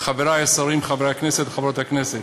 חברי השרים, חברי הכנסת, חברות הכנסת,